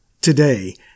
Today